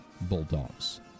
Bulldogs